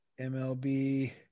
mlb